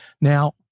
Now